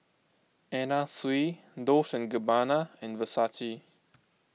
Anna Sui Dolce and Gabbana and Versace